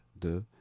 de